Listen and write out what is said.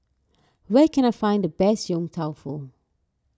where can I find the best Yong Tau Foo